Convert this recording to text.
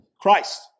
Christ